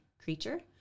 creature